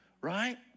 right